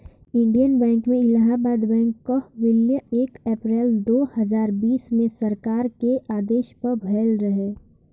Indian bank में Allahabad bank कअ विलय एक अप्रैल दू हजार बीस में सरकार के आदेश पअ भयल रहे